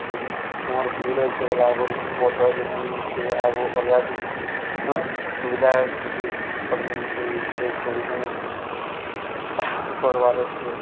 ଯଦି ତୁମର ଭିଡ଼ ଅଛେ ବୋଲେ ଆଗ ରୁମ୍ ବତ ଯେ ମୁଇଁ ସେ ଆଗ ଅଲଗା କି ସୁବିଧା କିଛି କର୍ମି କି ସେ ସବୁ ଜିନିଷ୍ କର୍ବାର ଅଛେ